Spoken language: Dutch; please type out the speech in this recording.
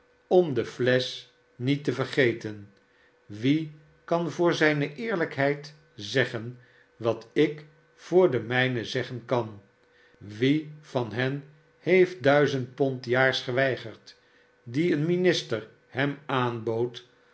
om de flesch niet te vergeten wie kan voor zijne eerlijkheid zeggen wat ik voor de mijne zeggen kan wie van hen heeft duizend pond s jaars geweigerd die een minister hem aanbood